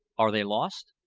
are they lost?